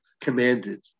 commanded